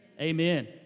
amen